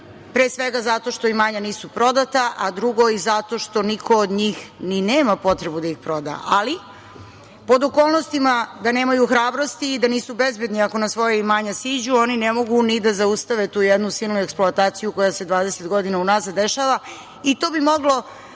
pre svega zato što imanja nisu prodata, a drugo i zato što niko od njih ni nema potrebu da ih proda. Ali, pod okolnostima da nemaju hrabrosti i da nisu bezbedni ako na svoja imanja siđu, oni ne mogu ni da zaustave tu jednu eksploataciju koja se 20 godina unazad dešava i to bi moglo